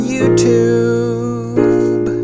YouTube